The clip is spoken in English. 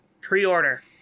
pre-order